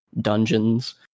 dungeons